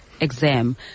exam